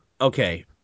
okay